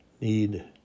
need